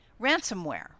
ransomware